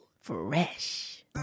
fresh